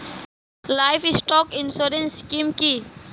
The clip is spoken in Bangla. লাইভস্টক ইন্সুরেন্স স্কিম কি?